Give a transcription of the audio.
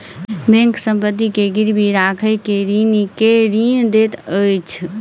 bank संपत्ति के गिरवी राइख के ऋणी के ऋण दैत अछि